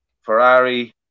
Ferrari